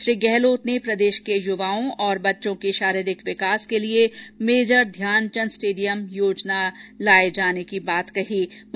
श्री गहलोत ने प्रदेश के युवाओं और बच्चों के शारीरिक विकास के लिए मेजर ध्यानचंद स्टेडियम योजना की घोषणा की